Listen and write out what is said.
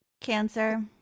Cancer